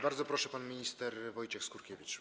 Bardzo proszę, pan minister Wojciech Skurkiewicz.